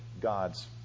God's